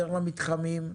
יותר למתחמים,